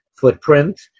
footprint